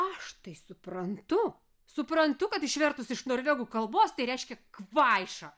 aš tai suprantu suprantu kad išvertus iš norvegų kalbos tai reiškia kvaiša